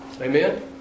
Amen